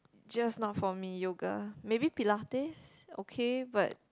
just not for me yoga maybe Pilates okay but